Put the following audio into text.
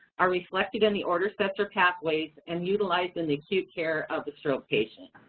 are reflected in the order sets or pathways and utilized in the acute care of the stroke patient.